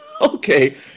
Okay